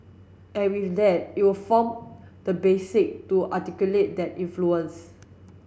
and with that it'll form the basic to articulate that influence